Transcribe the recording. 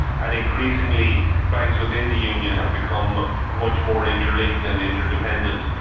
and increasingly banks within the union have become much more interlinked and interdependent.